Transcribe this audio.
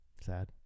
Sad